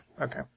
okay